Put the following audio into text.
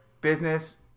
business